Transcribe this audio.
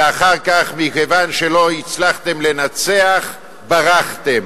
ואחר כך, מכיוון שלא הצלחתם לנצח, ברחתם,